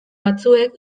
batzuek